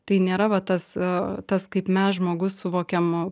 tai nėra va tas o tas kaip mes žmogus suvokiamu